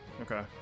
Okay